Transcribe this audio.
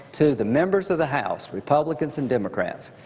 to the members of the house, republicans and democrats,